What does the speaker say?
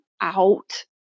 out